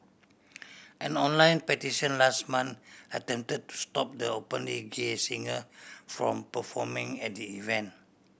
an online petition last month attempted to stop the openly gay singer from performing at the event